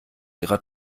ihrer